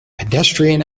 pedestrian